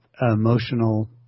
Emotional